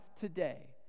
today